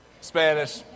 Spanish